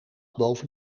boven